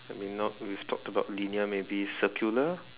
I mean not we've talked about linear maybe circular